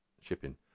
shipping